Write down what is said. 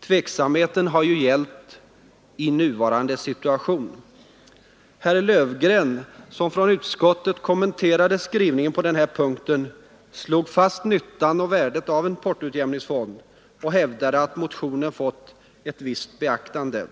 Tveksamheten har ju gällt ”i nuvarande situation”. Herr Löfgren, som från utskottet kommenterade skrivningen på denna punkt, slog fast nyttan och värdet av en portoutjämningsfond och hävdade att motionen fått ett ”visst beaktande”.